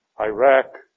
Iraq